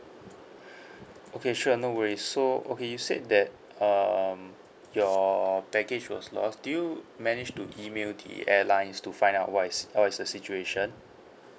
okay sure no worries so okay you said that um your baggage was lost did you managed to email the airlines to find out what is what is the situation